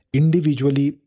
individually